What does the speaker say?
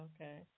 Okay